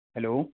hello